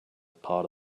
part